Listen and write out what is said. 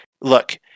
Look